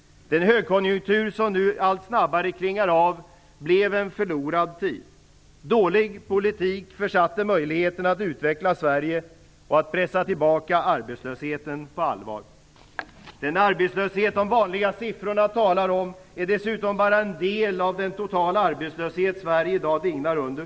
Den högkonjunktur som nu allt snabbare klingar av blev en förlorad tid. Dålig politik försatte möjligheten att utveckla Sverige och att pressa tillbaka arbetslösheten på allvar. Den arbetslöshet som de vanliga siffrorna talar om är dessutom bara en del av den totala arbetslöshet som Sverige i dag dignar under.